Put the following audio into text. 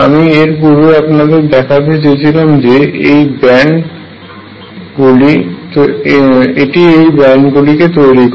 আমি এর পূর্বে আপনাদের দেখাতে চেয়েছিলাম যে এটি ব্যান্ড গুলি তৈরি করে